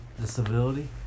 Disability